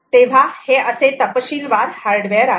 तेव्हा हे असे तपशीलवार हार्डवेअर आहे